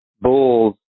bulls